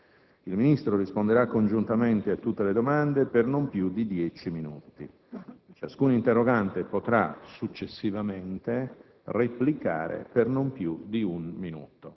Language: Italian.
Il Ministro risponderà congiuntamente a tutte le domande per non più di dieci minuti. Ciascun interrogante potrà successivamente replicare per non più di un minuto.